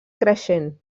creixent